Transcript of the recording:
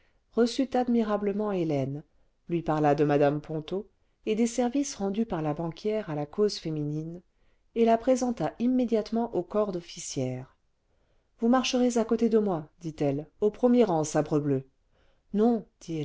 reçut admirablement hélène lui parla de mme ponto et des services rendus par la banquière à la cause féminine et la présenta immédiatement au corps d'officières vous marcherez à côté de moi dit-elle au premier rang sabrebleu non